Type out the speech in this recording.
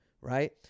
right